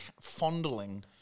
fondling